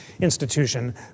Institution